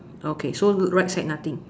okay so right side nothing